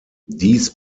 dies